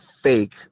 fake